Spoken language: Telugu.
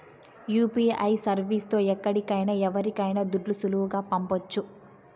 యూ.పీ.ఐ సర్వీస్ తో ఎక్కడికైనా ఎవరికైనా దుడ్లు సులువుగా పంపొచ్చు